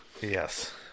yes